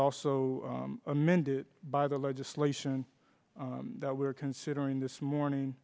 also amended by the legislation that we are considering this morning